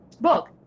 book